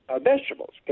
vegetables